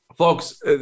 Folks